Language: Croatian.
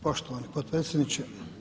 Poštovani potpredsjedniče.